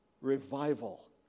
revival